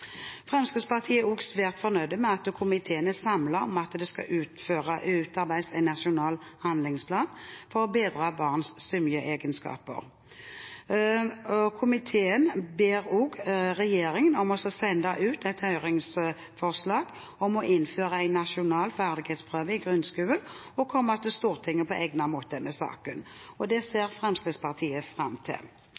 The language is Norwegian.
Fremskrittspartiet er også svært fornøyd med at komiteen er samlet om at det skal utarbeides en nasjonal handlingsplan for å bedre barns svømmeegenskaper. Komiteen ber også regjeringen om å sende ut et høringsforslag om å innføre en nasjonal ferdighetsprøve i grunnskolen og komme til Stortinget på egnet måte med saken. Det ser Fremskrittspartiet fram til.